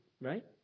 right